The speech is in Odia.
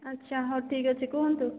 ଆଚ୍ଛା ହଉ ଠିକ୍ଅଛି କୁହନ୍ତୁ